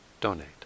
donate